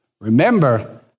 Remember